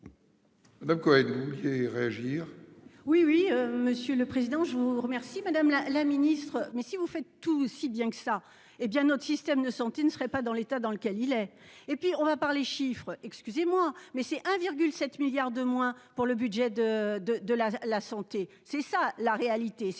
Donc Cohen. Réagir. Oui, oui, monsieur le président. Je vous remercie, madame la ministre. Mais si vous faites tout, si bien que ça. Eh bien, notre système de santé ne serait pas dans l'état dans lequel il est et puis on va parler chiffres, excusez-moi mais c'est 1,7 milliards de moins pour le budget de de de la la santé c'est ça la réalité,